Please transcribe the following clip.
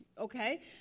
Okay